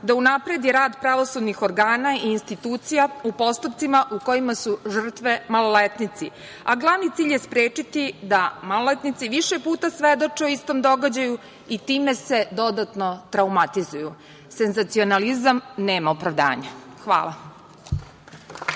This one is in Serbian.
da unapredi rad pravosudnih organa i institucija u postupcima u kojima su žrtve maloletnici. Glavni cilj je sprečiti da maloletnici više puta svedoče o istom događaju i time se dodatno traumatizuju. Senzacionalizam nema opravdanja. Hvala.